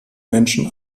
menschen